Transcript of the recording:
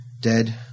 dead